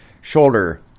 shoulder